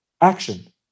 action